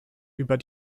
über